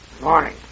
Morning